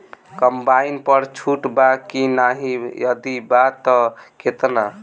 Combine पर छूट बा की नाहीं यदि बा त केतना?